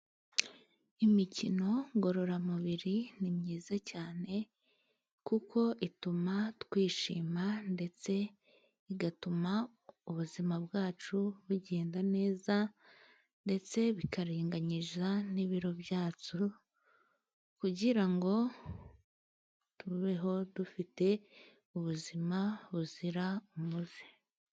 Imikino ngororamubiri ni myiza cyane, kuko ituma twishima ndetse igatuma ubuzima bwacu bugenda neza, ndetse bikaringanyiza n'ibiro byacu, kugira ngo tubeho dufite ubuzima buzira umuze.